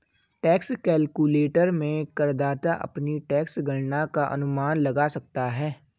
tax calculator में करदाता अपनी टैक्स गणना का अनुमान लगा सकता है